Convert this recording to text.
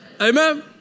Amen